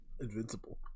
invincible